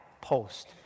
post